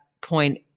point